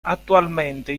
attualmente